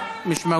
מי שלא